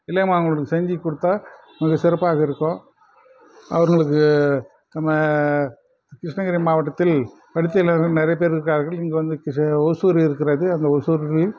எல்லாமே அவங்களுக்கு செஞ்சு கொடுத்தா மிக சிறப்பாக இருக்கும் அவர்களுக்கு நம்ம கிருஷ்ணகிரி மாவட்டத்தில் படித்த இளைஞர்கள் நிறைய பேர் இருக்கிறார்கள் இங்கே வந்து கி ஓசூர் இருக்கிறது அந்த ஓசூரில்